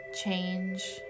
change